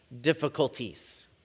difficulties